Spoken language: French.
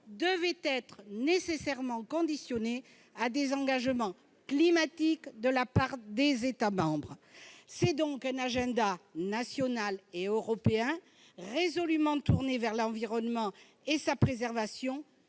devait être nécessairement conditionné à des « engagements climatiques » de la part des États membres. C'est donc un agenda national et européen résolument tourné vers l'environnement et sa préservation